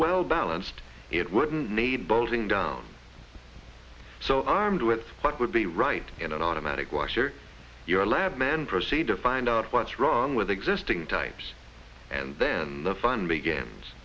well balanced it wouldn't need bolting down so armed with what would be right in an automatic washer your lab men proceed to find out what's wrong with existing types and then the fun